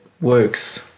works